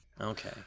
Okay